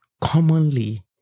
commonly